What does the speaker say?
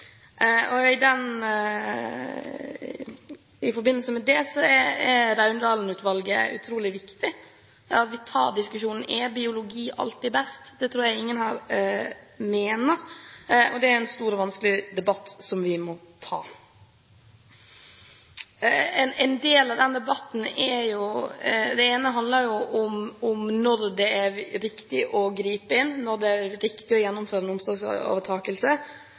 I forbindelse med det er Raundalen-utvalget utrolig viktig. Vi må ta diskusjonen: Er biologi alltid best? Det tror jeg ingen her mener, men det er en stor og vanskelig debatt som vi må ta. En del av den debatten handler om når det er riktig å gripe inn, når det er riktig å gjennomføre en omsorgsovertakelse,